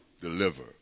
deliver